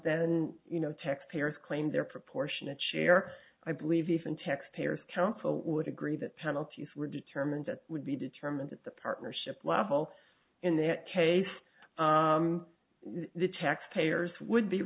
then you know taxpayers claim their proportionate share i believe even tax payers council would agree that penalties were determined that would be determined at the partnership level in that case the taxpayers would be